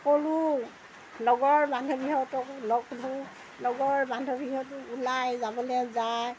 সকলো লগৰ বান্ধৱীহঁতক লগ ধৰোঁ লগৰ বান্ধৱীহঁতো ওলাই যাবলৈ যায়